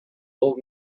old